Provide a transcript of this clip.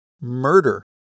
Murder